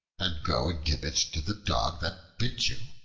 and go and give it to the dog that bit you.